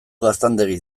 gaztandegi